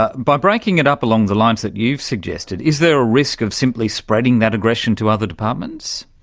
ah by breaking it up along the lines that you've suggested, is there a risk of simply spreading that aggression to other departments?